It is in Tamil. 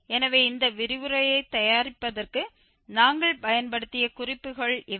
எனவே இந்த விரிவுரையைத் தயாரிப்பதற்கு நாங்கள் பயன்படுத்திய குறிப்புகள் இவை